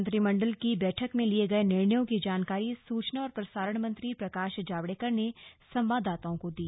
मंत्रिमण्डल की बैठक में लिए गए निर्णयों की जानकारी सूचना और प्रसारण मंत्री प्रकाश जावडेकर ने संवाददाताओं को दी